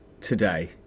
today